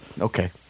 Okay